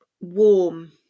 warm